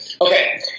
Okay